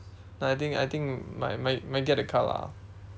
no I think I think might might might get a car lah